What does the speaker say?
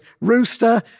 rooster